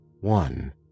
one